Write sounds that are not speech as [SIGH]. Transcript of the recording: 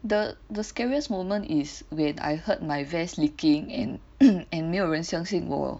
the the scariest moment is when I heard my vest leaking and and [NOISE] 没有人相信我